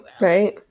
Right